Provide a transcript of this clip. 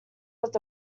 was